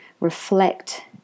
reflect